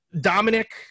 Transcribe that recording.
Dominic